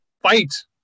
fight